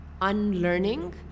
unlearning